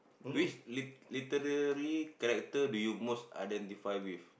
which literary character do you most identify with